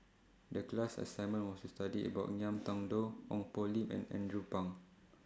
The class assignment was to study about Ngiam Tong Dow Ong Poh Lim and Andrew Phang